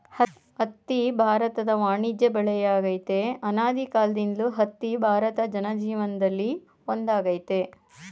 ಹತ್ತಿ ಭಾರತದ ವಾಣಿಜ್ಯ ಬೆಳೆಯಾಗಯ್ತೆ ಅನಾದಿಕಾಲ್ದಿಂದಲೂ ಹತ್ತಿ ಭಾರತ ಜನಜೀವನ್ದಲ್ಲಿ ಒಂದಾಗೈತೆ